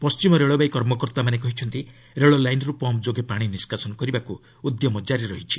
ପଶ୍ଚିମ ରେଳବାଇ କର୍ମକର୍ତ୍ତାମାନେ କହିଛନ୍ତି ରେଳଲାଇନ୍ରୁ ପମ୍ପ ଯୋଗେ ପାଣି ନିଷ୍କାସନ କରିବାକୁ ଉଦ୍ୟମ ଜାରି ରହିଛି